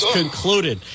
concluded